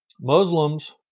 Muslims